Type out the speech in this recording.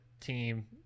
team